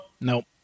nope